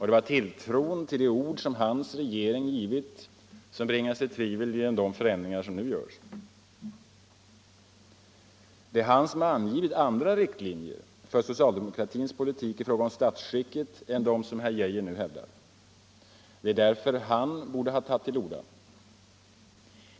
Det var tilltron till de ord som hans regering givit som bringats i tvivel genom de förändringar som nu görs. Det är han som angivit andra riktlinjer för socialdemokratins politik i fråga om statskicket än de som herr Geijer nu hävdar. Det är därför han borde ha tagit till orda.